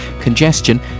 Congestion